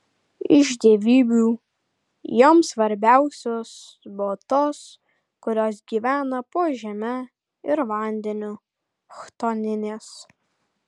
iš dievybių joms svarbiausios buvo tos kurios gyvena po žeme ir vandeniu chtoninės